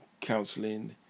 counseling